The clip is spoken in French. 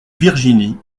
virginie